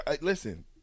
Listen